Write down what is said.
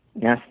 yes